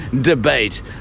debate